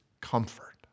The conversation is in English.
comfort